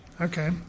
Okay